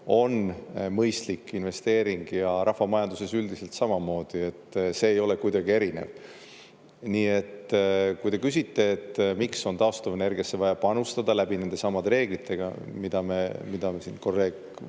on mõistlik investeering ja rahvamajanduses üldiselt samamoodi. See ei ole kuidagi erinev. Nii et kui te küsite, et miks on taastuvenergiasse vaja panustada läbi nendesamade reeglitega, mida me siin kolleeg